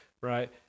right